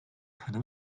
可能